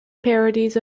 parodies